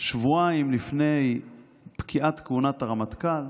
שבועיים לפני פקיעת כהונת הרמטכ"ל.